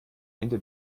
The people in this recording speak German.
ende